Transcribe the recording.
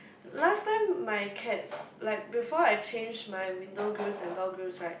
last time my cats like before I change my window grills and door grills right